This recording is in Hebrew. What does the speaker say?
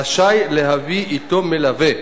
רשאי להביא אתו מלווה